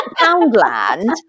Poundland